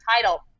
title